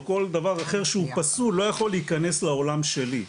או כל דבר אחר שהוא פסול לא יכול להיכנס לעולם שלי,